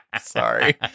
Sorry